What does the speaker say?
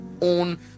own